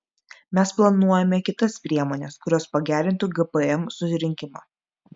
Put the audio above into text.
mes planuojame kitas priemones kurios pagerintų gpm surinkimą